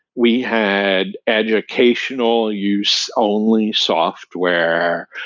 we had educational use only software.